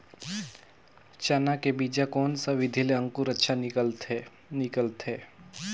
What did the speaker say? चाना के बीजा कोन सा विधि ले अंकुर अच्छा निकलथे निकलथे